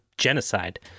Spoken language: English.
Genocide